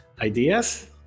ideas